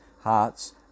hearts